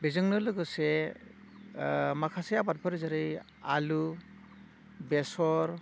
बेजोंनो लोगोसे माखासे आबादफोर जेरै आलु बेसर